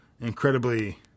incredibly